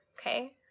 Okay